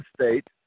State